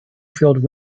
filled